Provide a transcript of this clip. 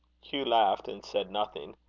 hugh laughed, and said nothing.